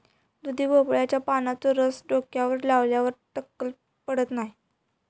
दुधी भोपळ्याच्या पानांचो रस डोक्यावर लावल्यार टक्कल पडत नाय